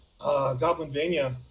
goblinvania